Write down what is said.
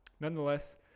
Nonetheless